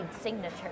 signature